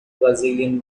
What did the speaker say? brazilian